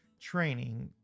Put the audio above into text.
training